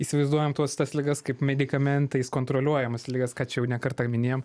įsivaizduojam tuos tas ligas kaip medikamentais kontroliuojamas ligas ką čia jau ne kartą minėjom